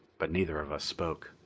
but neither of us spoke.